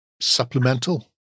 supplemental